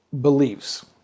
believes